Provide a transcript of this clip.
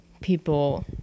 people